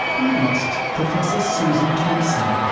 i asked professor susan thompson,